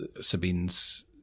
Sabine's